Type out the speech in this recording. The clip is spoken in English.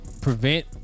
prevent